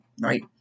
right